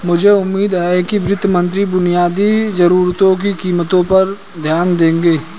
मुझे उम्मीद है कि वित्त मंत्री बुनियादी जरूरतों की कीमतों पर ध्यान देंगे